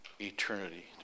eternity